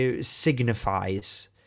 signifies